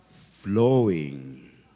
flowing